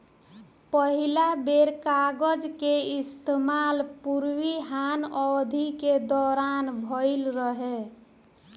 पहिला बेर कागज के इस्तेमाल पूर्वी हान अवधि के दौरान भईल रहे